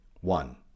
One